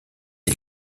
les